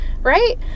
right